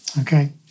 Okay